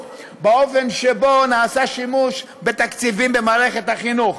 באופן שבו נעשה שימוש בתקציבים במערכת החינוך.